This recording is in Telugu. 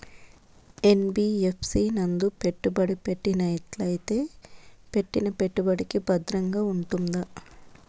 యన్.బి.యఫ్.సి నందు పెట్టుబడి పెట్టినట్టయితే పెట్టిన పెట్టుబడికి భద్రంగా ఉంటుందా?